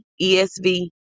ESV